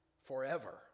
forever